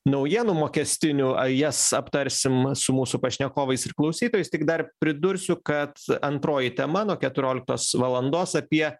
naujienų mokestinių jas aptarsim su mūsų pašnekovais ir klausytojais tik dar pridursiu kad antroji tema nuo keturioliktos valandos apie